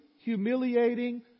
humiliating